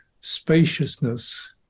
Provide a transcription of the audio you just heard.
spaciousness